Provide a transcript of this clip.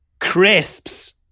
crisps